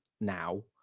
now